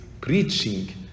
preaching